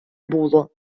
було